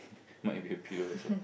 might be a pillow also